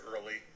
early